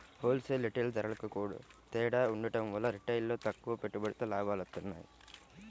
whole sale, retail ధరలకూ తేడా ఉండటం వల్ల రిటైల్లో తక్కువ పెట్టుబడితో లాభాలొత్తన్నాయి